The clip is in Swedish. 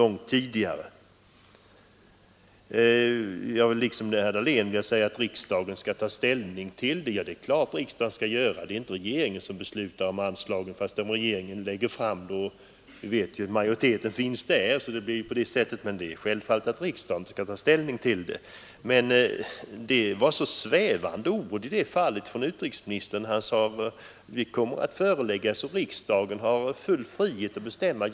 Liksom herr Dahlén vill jag säga att det självfallet är riksdagen som skall ta ställning i denna fråga. Det är inte regeringen som skall besluta om anslaget, även om regeringen lägger fram förslag i ärendet. Och vi vet ju hurudan regeringsmajoriteten är. Men det var så svävande ord i det avseendet från utrikesministern. Han sade att riksdagen kommer att föreläggas förslag men har full frihet att bestämma.